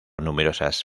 numerosas